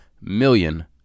million